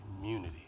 community